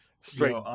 straight